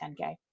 10K